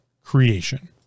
creation